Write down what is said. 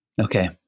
Okay